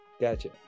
Gotcha